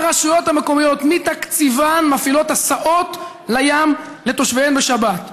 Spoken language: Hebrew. הרשויות המקומיות מתקציבן מפעילות הסעות לים לתושביהן בשבת.